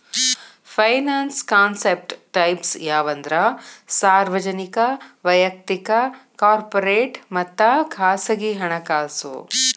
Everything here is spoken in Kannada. ಫೈನಾನ್ಸ್ ಕಾನ್ಸೆಪ್ಟ್ ಟೈಪ್ಸ್ ಯಾವಂದ್ರ ಸಾರ್ವಜನಿಕ ವಯಕ್ತಿಕ ಕಾರ್ಪೊರೇಟ್ ಮತ್ತ ಖಾಸಗಿ ಹಣಕಾಸು